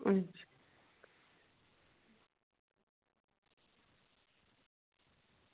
अच्छा